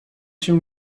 się